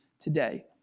today